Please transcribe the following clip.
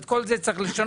את כל זה צריך לשנות,